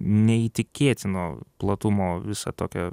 neįtikėtino platumo visą tokią